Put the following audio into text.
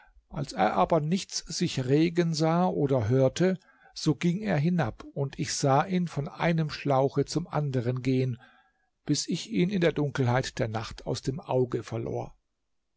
als er aber nichts sich regen sah oder hörte so ging er hinab und ich sah ihn von einem schlauche zum anderen gehen bis ich ihn in der dunkelheit der nacht aus dem auge verlor